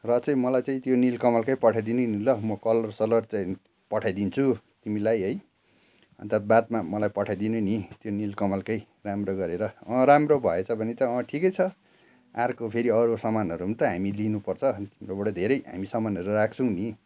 र चाहिँ मलाई चाहिँ त्यो निलकमलकै पठाइदिनु नि ल म कलरसलर चाहिँ पठाइदिन्छु तिमीलाई है अन्त बादमा मलाई पठाइदिनु नि त्यो निलकमलकै राम्रो गरेर अँ राम्रो भएछ भने त अँ ठिकै छ अर्को फेरि अरू सामानहरू पनि त हामी लिनुपर्छ तिम्रोबाट धेरै हामी सामानहरू राख्छौँ नि